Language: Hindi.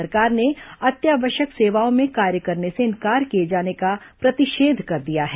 राज्य सरकार ने अत्यावश्यक सेवाओं में कार्य करने से इंकार किए जाने का प्रतिषेध कर दिया है